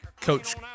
Coach